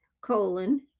colon